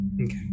Okay